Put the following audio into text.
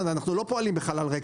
אנו לא פועלים בחלל ריק.